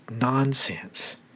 nonsense